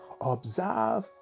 observe